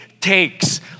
takes